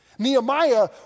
Nehemiah